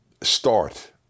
start